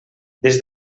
des